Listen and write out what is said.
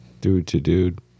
Dude-to-dude